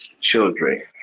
children